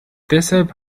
deshalb